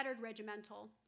regimental